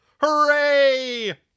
Hooray